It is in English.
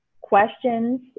questions